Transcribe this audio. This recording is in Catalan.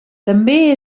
també